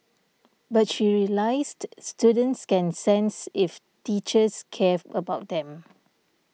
but she realised students can sense if teachers cares about them